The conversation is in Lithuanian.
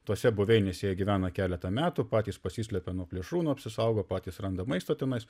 tose buveinėse jie gyvena keletą metų patys pasislepia nuo plėšrūnų apsisaugo patys randa maisto tenais